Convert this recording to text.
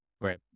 Right